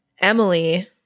Emily